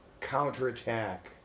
counterattack